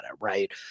right